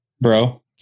Bro